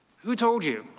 who told you?